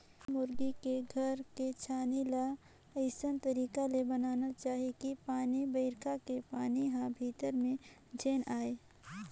मुरगा मुरगी के घर के छानही ल अइसन तरीका ले बनाना चाही कि पानी बइरखा के पानी हर भीतरी में झेन आये